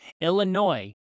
Illinois